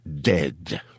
dead